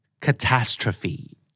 Catastrophe